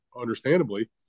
understandably